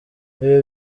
ibi